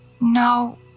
No